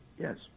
Yes